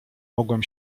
mogłem